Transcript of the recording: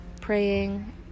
praying